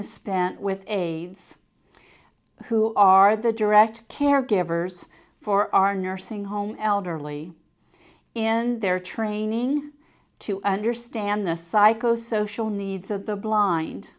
is spent with a who are the direct caregivers for our nursing home elderly in their training to understand the psycho social needs of the blind